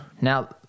Now